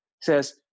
says